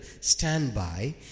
Standby